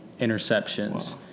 interceptions